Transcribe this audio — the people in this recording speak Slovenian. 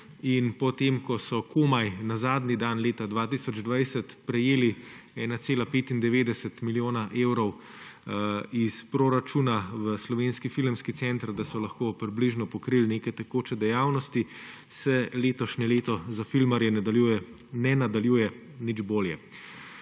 in po tem, ko so komaj na zadnji dan leta 2020 prejeli 1,95 milijona evrov iz proračuna v Slovenski filmski center, da so lahko približno pokrili neke tekoče dejavnosti, se letošnje leto za filmarje ne nadaljuje nič bolje.